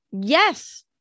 Yes